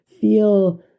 feel